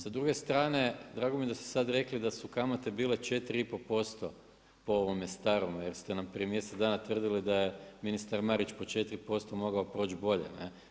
Sa druge strane, drago mi je da ste sada rekli da su kamate bile 4,5% po ovome starome jer ste nam prije mjesec dana tvrdili da je ministar Marić po 4% mogao proći bolje, ne.